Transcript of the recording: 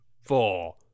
four